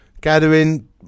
gathering